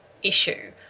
issue